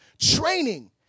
training